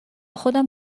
خودم